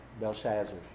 Belshazzar